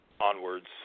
onwards